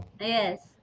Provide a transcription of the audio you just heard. yes